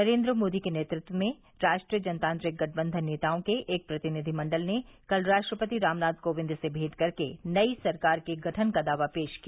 नरेन्द्र मोदी के नेतृत्व में राष्ट्रीय जनतांत्रिक गठबंधन नेताओं के एक प्रतिनिधिमण्डल ने कल राष्ट्रपति रामनाथ कोविंद से भेंट कर के नई सरकार के गठन का दावा पेश किया